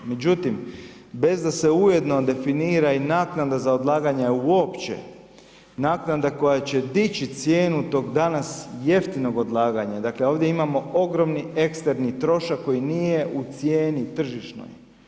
Međutim, bez da se ujedno definira i naknada za odlaganja uopće, naknada koja će dići cijenu tog danas jeftinog odlagališta, dakle ovdje imamo ogromni eksterni trošak koji nije u cijeni tržišnoj.